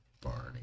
Barney